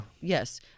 Yes